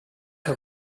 que